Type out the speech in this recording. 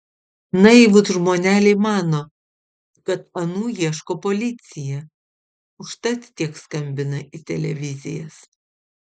naivūs žmoneliai mano kad anų ieško policija užtat tiek skambina į televizijas